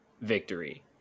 victory